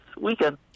weekend